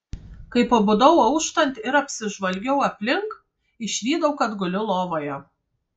kai pabudau auštant ir apsižvalgiau aplink išvydau kad guliu lovoje